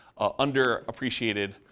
underappreciated